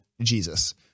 Jesus